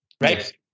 right